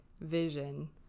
vision